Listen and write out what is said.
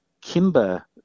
Kimber